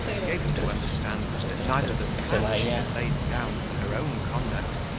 gave him to understand, that neither the plan she had laid down for her own conduct,